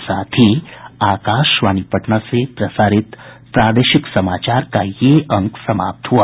इसके साथ ही आकाशवाणी पटना से प्रसारित प्रादेशिक समाचार का ये अंक समाप्त हुआ